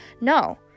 No